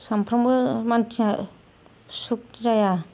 सामफ्रामबो मानसिया सुख जाया